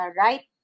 right